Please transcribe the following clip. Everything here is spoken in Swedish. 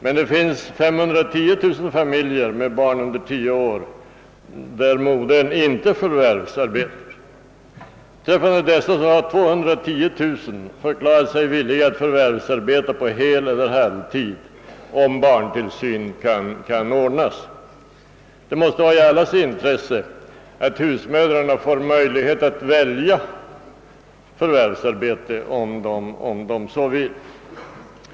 Men det finns 510 000 familjer med barn under tio år, där modern icke förvärvsarbetar. Av dessa har 210 000 förklarat sig villiga att förvärvsarbeta på heleller halvtid om barntillsyn kan ordnas. Det måste ligga i allas intresse att husmödrarna får möjlighet att välja förvärvsarbete om de så önskar.